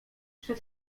przed